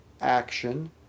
action